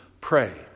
pray